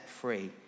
free